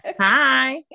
hi